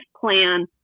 plan